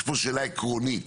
יש פה שאלה עקרונית.